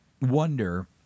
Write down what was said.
Wonder